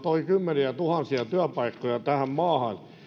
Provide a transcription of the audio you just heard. toi kymmeniätuhansia työpaikkoja tähän maahan